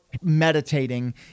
meditating